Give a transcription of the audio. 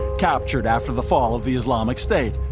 captured after the fall of the islamic state.